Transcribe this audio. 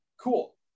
cool